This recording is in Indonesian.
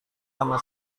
nama